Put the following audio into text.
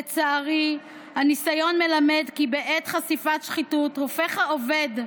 לצערי הניסיון מלמד כי בעת חשיפת שחיתות הופך העובד,